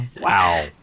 Wow